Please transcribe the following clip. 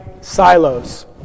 silos